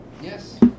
Yes